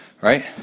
right